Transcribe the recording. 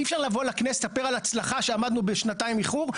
אז אי-אפשר לבוא לכנסת ולספר על הצלחה שעמדנו בשנתיים איחור.